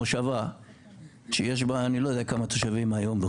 מושבה שיש בה כך וכך תושבים היום,